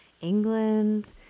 England